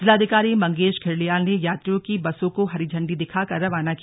जिलाधिकारी मंगेश घिल्डियाल ने यात्रियों की बसों को हरी इांडी दिखाकर रवाना किया